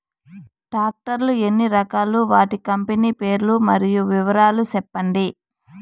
Tractor లు ఎన్ని రకాలు? వాటి కంపెని పేర్లు మరియు వివరాలు సెప్పండి?